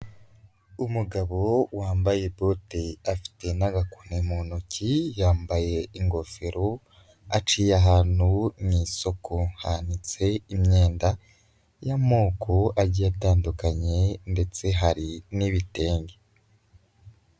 Umugabo wambaye bote afite n'agakoni mu ntoki, yambaye ingofero aciye ahantu mu isoko hanitse imyenda y'amoko agiye atandukanye ndetse hari n'ibitenge.